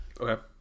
okay